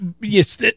Yes